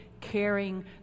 caring